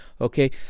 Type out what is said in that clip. Okay